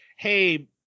Hey